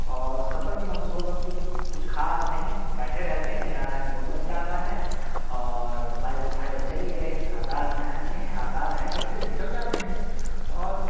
اور سفر کی منصوبہ بندی کچھ خاص نہیں بیٹھے رہتے ہیں اچانک موڈ بن جاتا ہے اور بائک اٹھائی اور چلے گئے آزاد ذہن کے ہیں آزاد ہیں گھر سے نکل جاتے ہیں اور